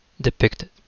depicted